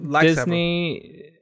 Disney